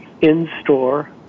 in-store